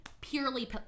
purely